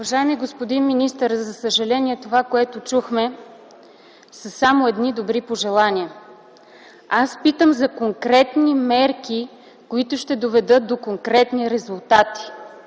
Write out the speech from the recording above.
Уважаеми господин министър, за съжаление, това което чухме, са само едни добри пожелания. Аз питам за конкретни мерки, които ще доведат до конкретни резултати.